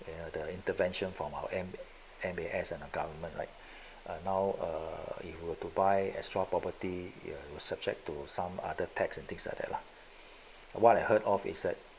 the the intervention from out M_A_S and our government right uh now err if you were to buy extra property was subject to some other tax and things like that lah what I heard of is that